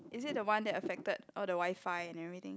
is it the one that affected all the WiFi and everything